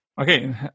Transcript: Okay